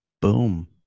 Boom